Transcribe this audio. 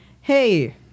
hey